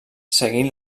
seguint